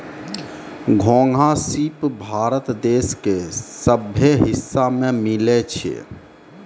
घोंघा, सिप भारत देश के सभ्भे हिस्सा में मिलै छै